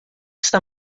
está